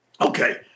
okay